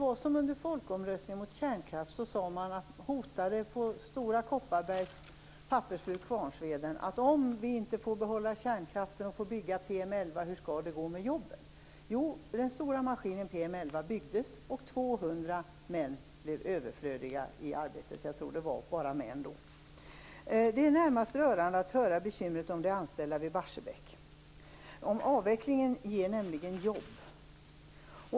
Inför folkomröstningen om kärnkraft sade man från Stora Kopparbergs pappersbruk Kvarnsveden att om inte kärnkraften behålls och om man inte får bygga PM 11, hur skall det då gå med jobben? Jo, den stora maskinen PM 11 byggdes och 200 män blev överflödiga, jag tror att det bara var män som arbetade där då. Det är närmast rörande att höra hur man bekymrar sig för de anställda vid Barsebäck. Avvecklingen ger nämligen jobb.